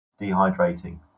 dehydrating